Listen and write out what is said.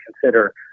consider